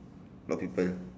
got people